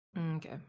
Okay